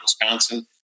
Wisconsin